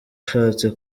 ashatse